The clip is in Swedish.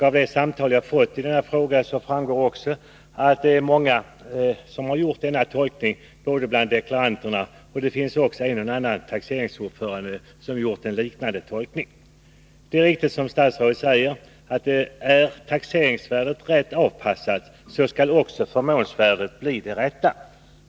Av de samtal jag har fått i denna fråga framgår det också att det är många som har gjort denna tolkning, både deklaranter och en och annan taxeringsordförande. Det är riktigt, som statsrådet säger, att om taxeringsvärdet är rätt avpassat så skall också förmånsvärdet bli det rätta.